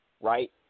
right